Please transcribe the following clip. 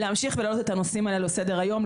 להמשיך ולהעלות את הנושאים האלה לסדר היום,